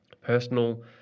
Personal